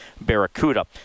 Barracuda